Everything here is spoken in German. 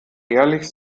ehrlich